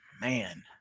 Man